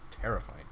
terrifying